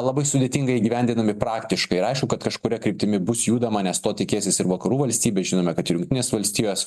labai sudėtingai įgyvendinami praktiškai ir aišku kad kažkuria kryptimi bus judama nes to tikėsis ir vakarų valstybės žinome kad ir jungtinės valstijos